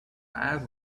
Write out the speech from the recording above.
air